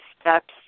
steps